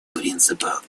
принципов